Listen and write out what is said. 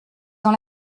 dans